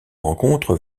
rencontre